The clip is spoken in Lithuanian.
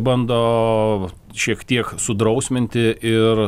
bando šiek tiek sudrausminti ir